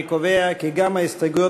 אני קובע כי גם ההסתייגויות